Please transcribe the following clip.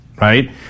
right